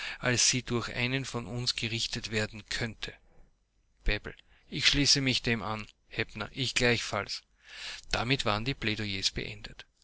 als sie durch einen von uns gerichtet werden könnte bebel ich schließe mich dem an hepner ich gleichfalls damit waren die plädoyers beendet